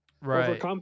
Right